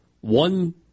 one